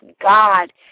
God